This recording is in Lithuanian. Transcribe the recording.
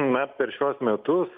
na per šiuos metus